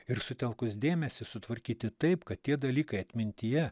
ir sutelkus dėmesį sutvarkyti taip kad tie dalykai atmintyje